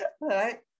right